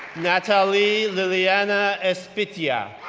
natali liliana espitia,